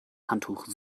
handtuch